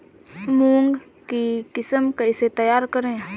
मूंग की किस्म कैसे तैयार करें?